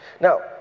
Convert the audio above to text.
Now